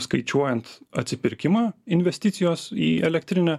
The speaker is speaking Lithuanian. skaičiuojant atsipirkimą investicijos į elektrinę